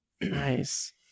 nice